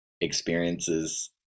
experiences